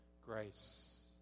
grace